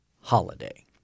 holiday